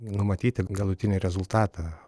numatyti galutinį rezultatą